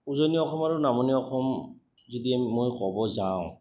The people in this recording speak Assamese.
উজনি অসম আৰু নামনি অসম যদি মই ক'ব যাওঁ